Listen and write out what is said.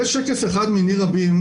זה שקף אחד מני רבים,